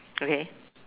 okay